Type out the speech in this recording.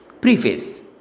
Preface